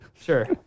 Sure